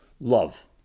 Love